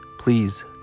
Please